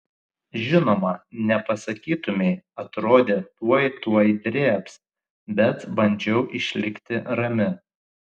žinoma nepasakytumei atrodė tuoj tuoj drėbs bet bandžiau išlikti rami